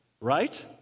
right